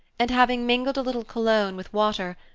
and, having mingled a little cologne with water,